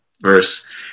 verse